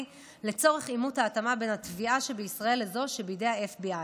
לצורך אימות ההתאמה בין הטביעה שבישראל לזו שבידי ה-FBI.